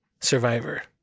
Survivor